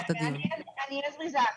תציגי בבקשה את התיקון.